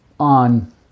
on